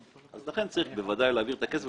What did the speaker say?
לכן צריך בוודאי להעביר את הכסף.